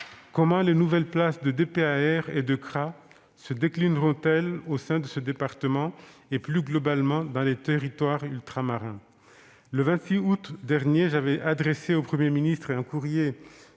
au retour (DPAR) et des CRA se déclineront-elles au sein de ce département et, plus globalement, dans les territoires ultramarins ? Le 26 août dernier, j'avais adressé au Premier ministre un courrier